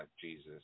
Jesus